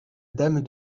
dame